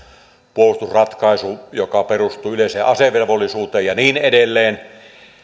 puolustusratkaisu joka perustuu yleiseen asevelvollisuuteen ja niin edelleen